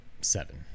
seven